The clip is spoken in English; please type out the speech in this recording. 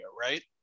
right